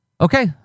Okay